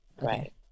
Right